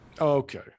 Okay